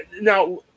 now